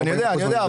אני יודע,